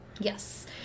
yes